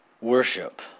worship